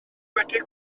wedi